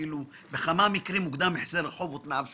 בכמה מקרים הוקדם החזר החוב או תנאיו שופרו?